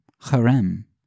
harem